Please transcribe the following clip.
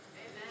Amen